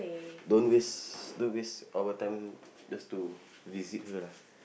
don't waste don't waste our time just to visit her lah